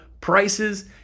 prices